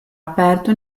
aperto